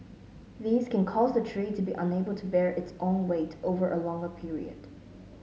these can cause the tree to be unable to bear its own weight over a longer period